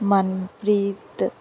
Manpreet